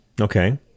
Okay